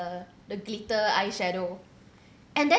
uh the glitter eyeshadow and then